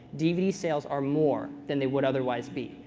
dvd sales are more than they would otherwise be.